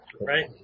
right